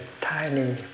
tiny